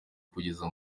kugeza